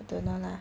I don't know lah